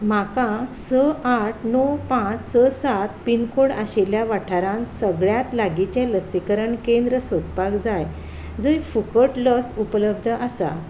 म्हाका स आट णव पांच स सात पिनकोड आशिल्ल्या वाठारान सगळ्यात लागींचें लसीकरण केंद्र सोदपाक जाय जंय फुकट लस उपलब्द आसा